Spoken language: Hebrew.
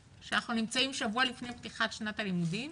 שאנחנו נמצאים שבוע לפני פתיחת שנת הלימודים